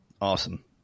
Awesome